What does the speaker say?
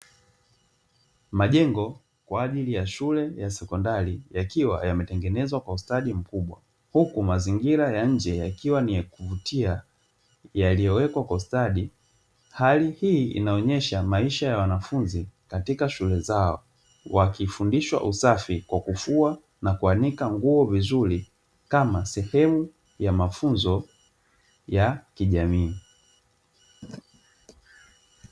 Majengo kwa ajili ya shule ya sekondari yakiwa yametengenezwa kwa ustadi mkubwa, huku mazingira ya nje yakiwa ni ya kuvutia yaliyowekwa kwa ustadi. Hali hii inaonyesha maisha ya wanafunzi katika shule zao, wakifundishwa usafi kwa kufua na kuanika nguo vizuri kama sehemu ya mafunzo ya kijamii.